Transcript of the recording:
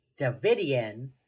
Davidian